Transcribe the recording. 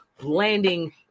landing